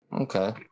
Okay